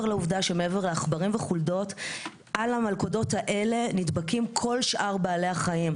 יועצת ראש הממשלה לזכויות בעלי חיים.